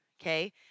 Okay